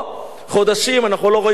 חודשים, אנחנו לא רואים את הקצה.